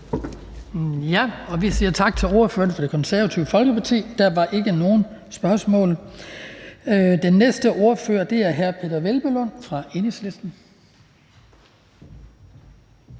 Vi siger tak til ordføreren for Det Konservative Folkeparti. Der var ikke nogen spørgsmål. Den næste ordfører er hr. Peder Hvelplund fra Enhedslisten.